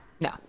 No